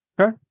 Okay